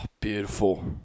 beautiful